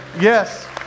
yes